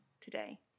today